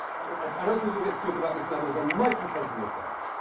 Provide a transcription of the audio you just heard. i don't suppose we'll get to talk about this now but it's a microcosm of that.